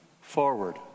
forward